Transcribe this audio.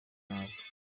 nabi